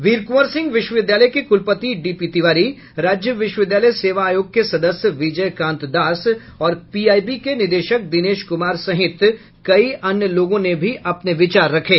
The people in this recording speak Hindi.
वीर कुंवर सिंह विश्वविद्यालय के कुलपति डी पी तिवारी राज्य विश्वविद्यालय सेवा आयोग के सदस्य विजय कांत दास और पीआईबी के निदेशक दिनेश कुमार सहित कई अन्य लोगों ने भी अपने विचार रखे